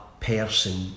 person